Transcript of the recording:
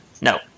No